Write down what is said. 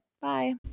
bye